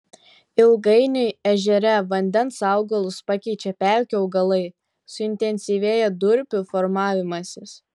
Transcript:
ilgainiui ežere vandens augalus pakeičia pelkių augalai suintensyvėja durpių formavimasis